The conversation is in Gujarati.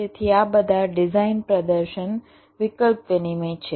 તેથી આ બધા ડિઝાઇન પ્રદર્શન વિકલ્પ વિનિમય છે